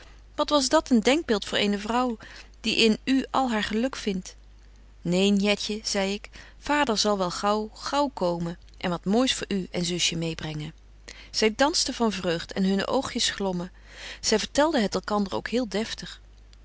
wat was dat een denkbeeld voor eene vrouw die in u al haar geluk vindt neen jetje zie ik vader zal wel gaauw gaauw komen en wat moois voor u en zusje meêbrengen zy dansten van vreugd en hunne oogjes glommen zy vertelden het elkander ook heel deftig